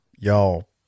Y'all